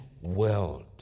world